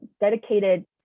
dedicated